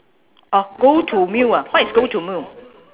orh go to meal ah what is go to meal